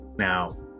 Now